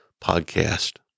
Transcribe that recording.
podcast